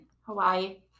Hawaii